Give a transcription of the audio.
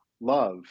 love